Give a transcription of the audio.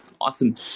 awesome